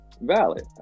valid